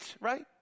right